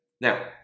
Now